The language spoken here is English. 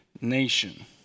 nation